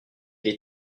les